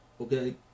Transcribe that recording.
Okay